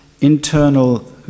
internal